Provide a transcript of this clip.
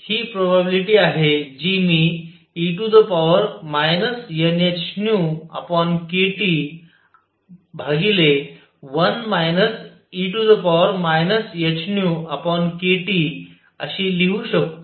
तर आता हि प्रोबॅबिलिटी आहे जी मी e nhνkT1 e hνkTअशी लिहू शकतो